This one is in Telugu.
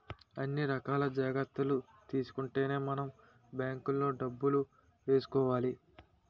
అన్ని రకాల జాగ్రత్తలు తీసుకుంటేనే మనం బాంకులో డబ్బులు ఏసుకోవాలి